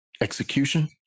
execution